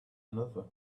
another